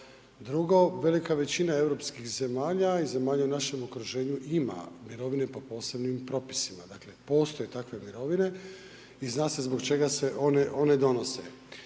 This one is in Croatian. Drugo, velika većina europskih zemalja i zemalja u našem okruženju ima mirovine po posebnim propisima dakle postoje takve mirovine i zna se zbog čega se one donose.